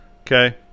Okay